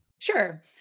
Sure